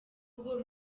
uhora